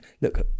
look